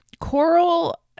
Coral